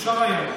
אפשר היה,